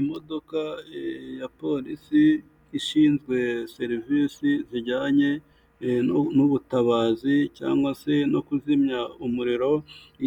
Imodoka ya Polisi ishinzwe serivisi zijyanye n'ubutabazi cyangwa se no kuzimya umuriro,